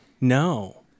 No